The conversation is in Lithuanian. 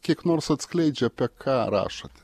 kiek nors atskleidžia apie ką rašote